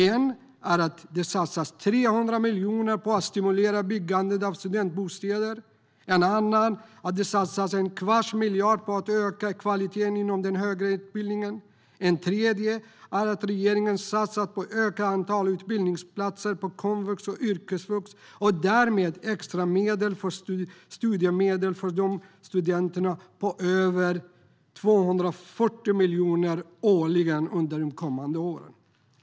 En är att det satsas 300 miljoner på att stimulera byggandet av studentbostäder. En annan är att det satsas en kvarts miljard på att öka kvaliteten inom den högre utbildningen. En tredje är att regeringen har satsat på att öka antalet utbildningsplatser på komvux och yrkesvux, och därmed på extra medel för studiemedel för dessa studenter på över 240 miljoner kronor årligen under de kommande åren.